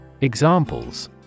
Examples